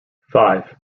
five